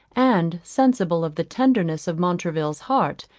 and, sensible of the tenderness of montraville's heart,